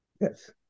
yes